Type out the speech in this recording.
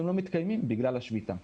לא מתקיימים בגלל השביתה.